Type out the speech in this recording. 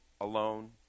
alone